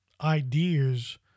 ideas